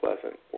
pleasant